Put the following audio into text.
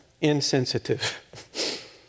insensitive